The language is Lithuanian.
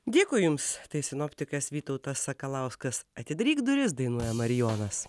dėkui jums tai sinoptikas vytautas sakalauskas atidaryk duris dainuoja marijonas